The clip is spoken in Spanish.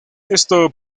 esto